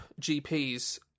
GPS